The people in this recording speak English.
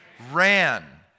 Ran